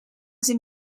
zijn